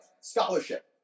scholarship